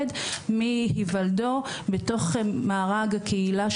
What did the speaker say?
איפה נמצאות כל המסגרות,